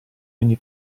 ogni